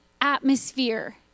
atmosphere